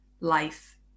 life